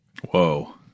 Whoa